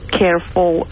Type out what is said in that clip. careful